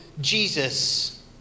Jesus